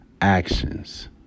actions